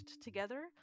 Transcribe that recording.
together